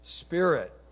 Spirit